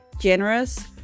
generous